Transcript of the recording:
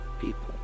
people